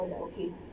okay